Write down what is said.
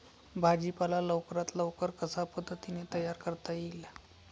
भाजी पाला लवकरात लवकर कशा पद्धतीने तयार करता येईल?